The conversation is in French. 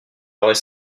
aurait